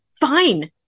Fine